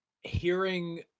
hearing